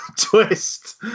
twist